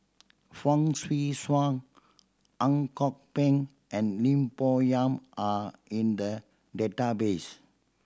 Fong Swee Suan Ang Kok Peng and Lim Bo Yam are in the database